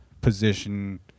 position